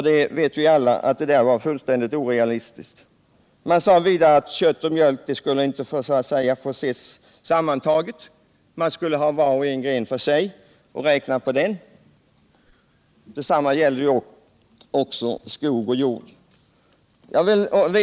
Vi vet nu alla att det var fullständigt orealistiskt. Det gick heller inte att följa. Man sade vidare att kött och mjölk inte skulle få ses sammantagna. Man skulle räkna på varje gren för sig. Detsamma gällde också skog och jord.